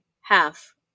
half